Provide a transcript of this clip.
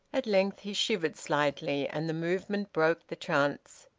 at length he shivered slightly, and the movement broke the trance.